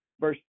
verse